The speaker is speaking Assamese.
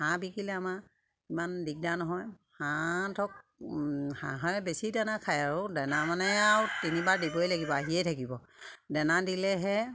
হাঁহ বিকিলে আমাৰ ইমান দিগদাৰ নহয় হাঁহ ধৰক হাঁহে বেছি দানা খায় আৰু দানা মানে আৰু তিনিবাৰ দিবই লাগিব আহিয়ে থাকিব দানা দিলেহে